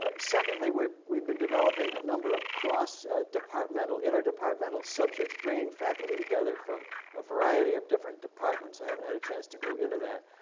ah secondly, we've been developing a number of cross departmental, interdepartmental subjects, bringing faculty together from a variety of different departments. i haven't had a chance to go into that.